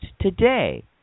today